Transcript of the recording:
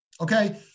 okay